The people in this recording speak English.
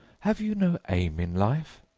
have you no aim in life?